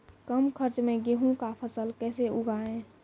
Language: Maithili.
कम खर्च मे गेहूँ का फसल कैसे उगाएं?